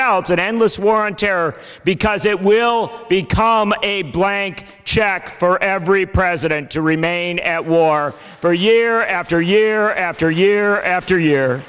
else and endless war on terror because it will become a blank check for every president to remain at war for year after year after year after year